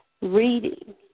reading